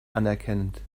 anerkennend